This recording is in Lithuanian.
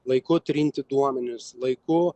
laiku trinti duomenis laiku